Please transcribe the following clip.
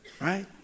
right